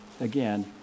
again